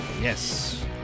Yes